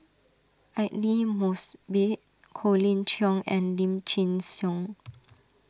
Aidli Mosbit Colin Cheong and Lim Chin Siong